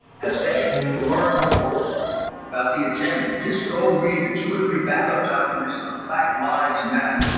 as they learn more about the agenda, just go read the two or three backup documents for black lives matter.